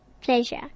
Pleasure